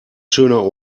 schöner